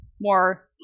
more